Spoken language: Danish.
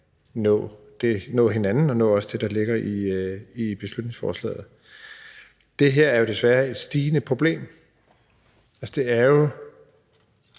nå hinanden og også nå rundt om det, der ligger i beslutningsforslaget. Det her er jo desværre et stigende problem. Det er jo